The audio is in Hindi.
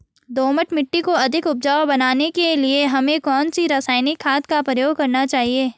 दोमट मिट्टी को अधिक उपजाऊ बनाने के लिए हमें कौन सी रासायनिक खाद का प्रयोग करना चाहिए?